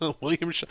William